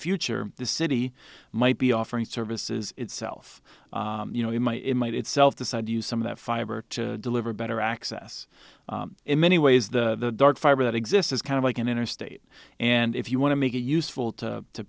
future the city might be offering services itself you know you might it might itself decide to use some of that fiber to deliver better access in many ways the dark fiber that exists is kind of like an interstate and if you want to make it useful to